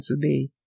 today